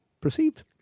perceived